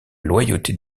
loyauté